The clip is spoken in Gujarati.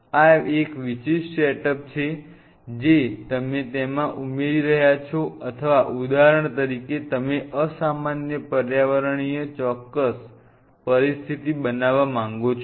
આ એક વિશિષ્ટ સેટઅપ છે જે તમે તેમાં ઉમેરી રહ્યા છો અથવા ઉદાહરણ તરીકે તમે અસામાન્ય પર્યાવરણીય ચોક્કસ પરિસ્થિતિ બનાવવા માંગો છો